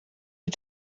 you